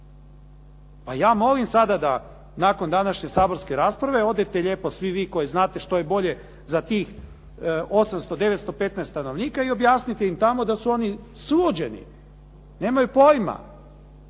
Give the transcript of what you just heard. Pa ja molim sada da nakon današnje saborske rasprave odete lijepo svi vi koji znate što je bolje za tih 800, 915 stanovnika i objasnite im tamo da su oni suđeni, nemaju pojma.